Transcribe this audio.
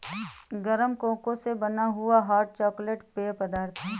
गरम कोको से बना हुआ हॉट चॉकलेट पेय पदार्थ है